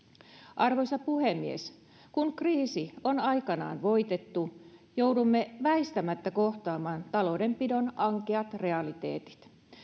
arvoisa puhemies kun kriisi on aikanaan voitettu joudumme väistämättä kohtaamaan taloudenpidon ankeat realiteetit